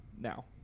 now